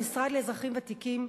במשרד לאזרחים ותיקים,